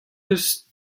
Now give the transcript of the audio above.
eus